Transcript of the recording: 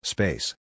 Space